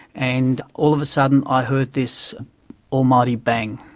and all of a sudden i heard this almighty bang.